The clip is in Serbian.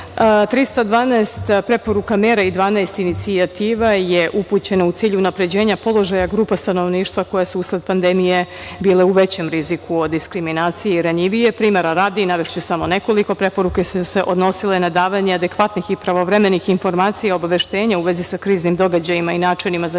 preporuka mera i 12 inicijativa je upućeno u cilju unapređenja položaja grupa stanovništva koje su usled pandemije bile u većem riziku od diskriminacije i ranjivije. Primera radi, navešću samo nekoliko. Preporuke su se odnosile na davanje adekvatnih i pravovremenih informacija i obaveštenja u vezi sa kriznim događajima i načinima za njegovo